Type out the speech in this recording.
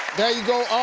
there you go,